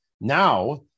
now